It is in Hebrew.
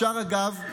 תודה רבה.